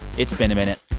it's been a minute.